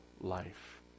life